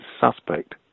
suspect